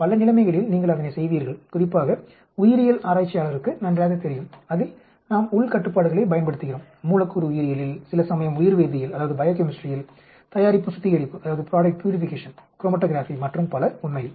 பல நிலைமைகளில் நீங்கள் அதனை செய்வீர்கள் குறிப்பாக உயிரியல் ஆராய்ச்சியாளருக்கு நன்றாகத் தெரியும் அதில் நாம் உள் கட்டுப்பாடுகளைப் பயன்படுத்துகிறோம் மூலக்கூறு உயிரியலில் சில சமயம் உயிர்வேதியியலில் தயாரிப்பு சுத்திகரிப்பு குரோமடோகிராபி மற்றும் பல உண்மையில்